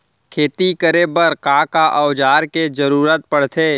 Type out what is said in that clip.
खेती करे बर का का औज़ार के जरूरत पढ़थे?